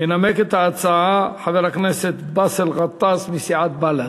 ינמק את ההצעה חבר הכנסת באסל גטאס מסיעת בל"ד.